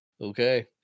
Okay